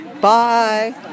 Bye